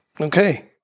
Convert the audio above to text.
okay